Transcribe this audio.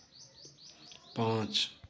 पाँच